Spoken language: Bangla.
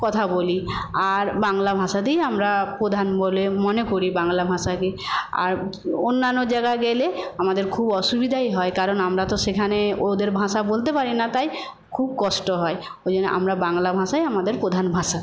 কথা বলি আর বাংলা ভাষাতেই আমরা প্রধান বলে মনে করি বাংলা ভাষাকে আর অন্যান্য জায়গায় গেলে আমাদের খুব অসুবিধাই হয় কারণ আমরা তো সেখানে ওদের ভাষা বলতে পারি না তাই খুব কষ্ট হয় ওইজন্য আমরা বাংলা ভাষাই আমাদের প্রধান ভাষা